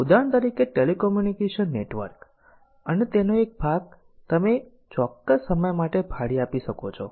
ઉદાહરણ તરીકે telecommunication network અને તેનો એક ભાગ તમે ચોક્કસ સમય માટે ભાડે આપી શકો છો